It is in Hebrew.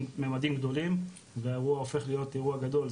גדולים והאירוע הופך להיות אירוע גדול,